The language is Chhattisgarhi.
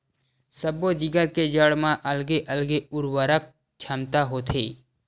सब्बो जिगर के जड़ म अलगे अलगे उरवरक छमता होथे